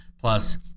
Plus